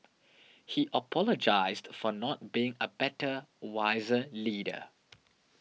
he apologised for not being a better wiser leader